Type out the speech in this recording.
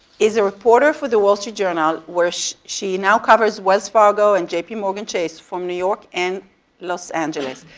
is a reporter for the wall street journal where she she now covers wells fargo and jp yeah morgan chase from new york and los angeles.